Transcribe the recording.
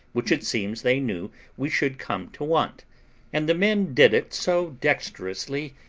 which it seems they knew we should come to want and the men did it so dexterously,